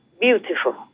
beautiful